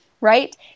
right